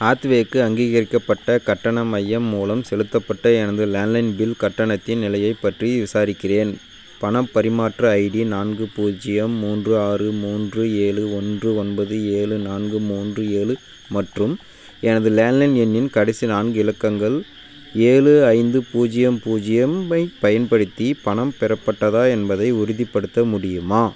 ஹாத்வேக்கு அங்கீகரிக்கப்பட்ட கட்டண மையம் மூலம் செலுத்தப்பட்ட எனது லேண்ட்லைன் பில் கட்டணத்தின் நிலையைப் பற்றி விசாரிக்கிறேன் பணப் பரிமாற்ற ஐடி நான்கு பூஜ்ஜியம் மூன்று ஆறு மூன்று ஏலு ஒன்று ஒன்பது ஏழு நான்கு மூன்று ஏழு மற்றும் எனது லேண்ட்லைன் எண்ணின் கடைசி நான்கு இலக்கங்கள் ஏழு ஐந்து பூஜ்ஜியம் பூஜ்ஜியம் ஐப் பயன்படுத்தி பணம் பெறப்பட்டதா என்பதை உறுதிப்படுத்த முடியுமா